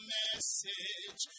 message